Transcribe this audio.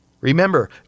Remember